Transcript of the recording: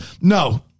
No